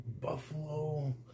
Buffalo